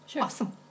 awesome